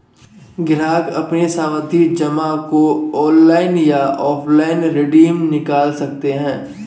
ग्राहक अपनी सावधि जमा को ऑनलाइन या ऑफलाइन रिडीम निकाल सकते है